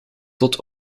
tot